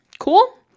Cool